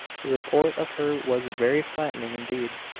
the report of her was very flattering indeed.